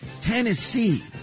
Tennessee